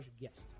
guest